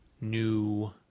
new